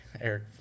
Eric